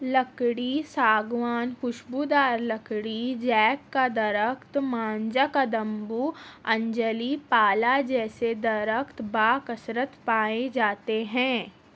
لکڑی ساگوان خوشبودار لکڑی جیک کا درخت مانجا کدمبو انجلی پالا جیسے درخت باکثرت پائے جاتے ہیں